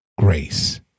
Grace